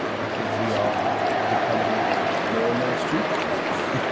i think we are becoming more and more stupid.